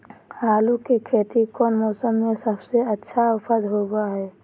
आलू की खेती कौन मौसम में सबसे अच्छा उपज होबो हय?